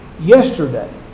Yesterday